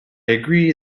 agree